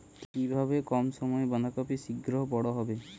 কিভাবে কম সময়ে বাঁধাকপি শিঘ্র বড় হবে?